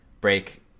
break